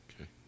Okay